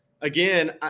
again